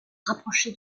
rapprocher